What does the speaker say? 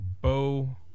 bow